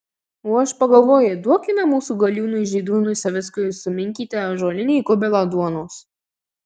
o aš pagalvoju duokime mūsų galiūnui žydrūnui savickui suminkyti ąžuolinį kubilą duonos